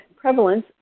prevalence